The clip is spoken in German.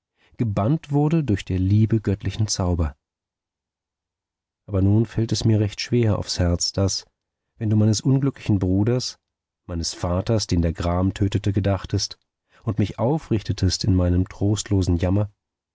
gebannt wurde durch der liebe göttlichen zauber aber nun fällt es mir recht schwer aufs herz daß wenn du meines unglücklichen bruders meines vaters den der gram tötete gedachtest und mich aufrichtetest in meinem trostlosen jammer